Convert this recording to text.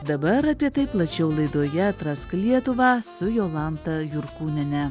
dabar apie tai plačiau laidoje atrask lietuvą su jolanta jurkūniene